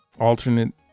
alternate